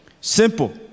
Simple